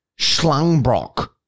Schlangbrock